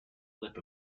lip